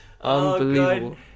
Unbelievable